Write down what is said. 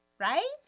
right